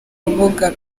rubuga